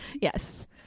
yes